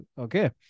Okay